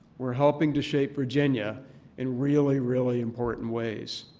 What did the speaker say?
we're helping to shape virginia in really, really important ways.